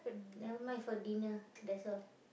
never mind for dinner that's all